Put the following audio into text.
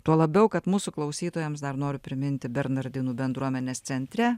tuo labiau kad mūsų klausytojams dar noriu priminti bernardinų bendruomenės centre